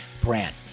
brand